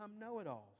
know-it-alls